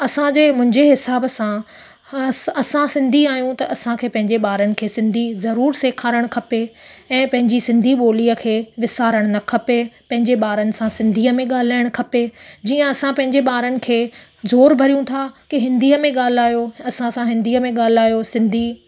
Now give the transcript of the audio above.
असांजे मुंहिंजे हिसाब सां असां सिंधी आहियूं ता असांखे पंहिंजे ॿारनि खे सिंधी ज़रुर सेखारणु खपे ऐं पंहिंजी सिंधी ॿोलीअ खे विसारणु न खपे पंहिंजे ॿारनि सां सिंधीअ में ॻाल्हाइणु खपे जीअं असां पंहिंजे ॿारनि खे ज़ोर भरियूं था के हिंदीअ में ॻाल्हायो असांसां हिंदीअ में ॻाल्हायो सिंधी